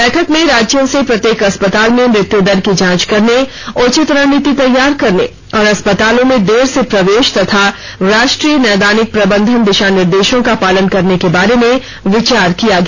बैठक में राज्यों से प्रत्येक अस्पताल में मृत्यु दर की जांच करने उचित रणनीति तैयार करने और अस्पतालों में देर से प्रवेश तथा राष्ट्रीय नैदानिक प्रबंधन दिशा निर्देशों का पालन करने के बारे में विचार किया गया